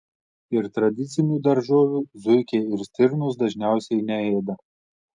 ir tradicinių daržovių zuikiai ir stirnos dažniausiai neėda